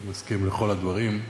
אני מסכים לכל הדברים,